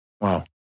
Wow